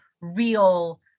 real